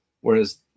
whereas